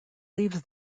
leaves